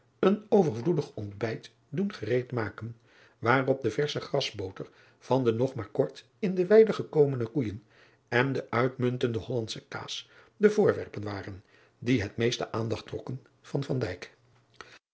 een overvloedig ontbijt doen gereed maken waarop de versche grasboter van de nog maar kort in de weide gekomene koeijen en de uitmuntende ollandsche kaas de voorwerpen waren die het meest de aandacht trokken van